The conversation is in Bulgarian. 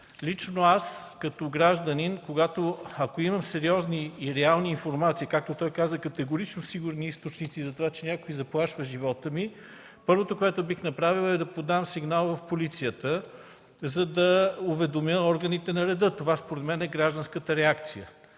Лично аз като гражданин, ако имам сериозни и реални информации – както той каза – от категорично сигурни източници, че някой заплашва живота ми, първото, което бих направил, е да подам сигнал в полицията, за да уведомя органите на реда. Според мен това е гражданската реакция.